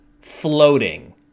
floating